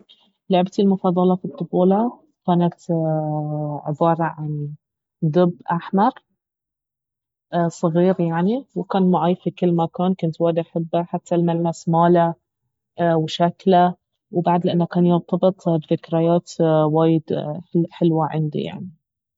لعبتي المفضلة في الطفولة كانت عبارة عن دب احمر صغير يعني وكان معاي في كل مكان كنت وايد احبه حتى الملمس ماله وشكله وبعد لان كان يرتبط بذكريات وايد حلوة عندي يعني